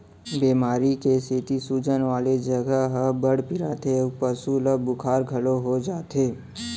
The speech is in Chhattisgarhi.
बेमारी के सेती सूजन वाला जघा ह बड़ पिराथे अउ पसु ल बुखार घलौ हो जाथे